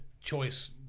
choice